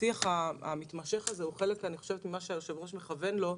השיח המתמשך הזה הוא חלק ממה שהיושב-ראש מכוון לו,